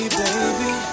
baby